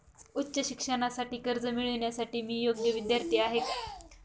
उच्च शिक्षणासाठी कर्ज मिळविण्यासाठी मी योग्य विद्यार्थी आहे का?